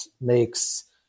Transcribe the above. makes